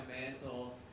mantle